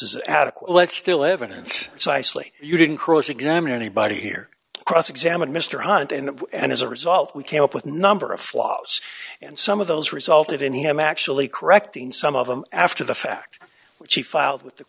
is adequate still evidence so eisley you didn't cross examine anybody here cross examine mr hunt and and as a result we came up with number of flaws and some of those resulted in him actually correcting some of them after the fact which he filed with the